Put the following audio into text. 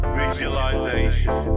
visualization